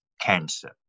cancer